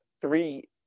three